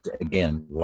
again